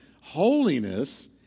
Holiness